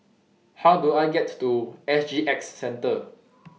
How Do I get to S G X Centre